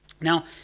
Now